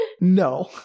No